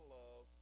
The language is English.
love